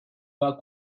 pas